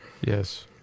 Yes